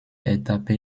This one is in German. etappe